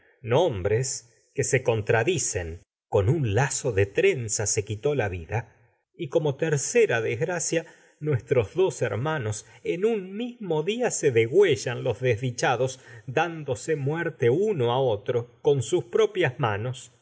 mujernombres que se contradicen sé con un de trenza quitó la vida y como tercera desgracia nuestros dos hermanos en un mismo día se degüellan los desdichados con sus dándose muerte uno a otro ahora que propias manos